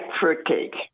fruitcake